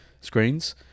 screens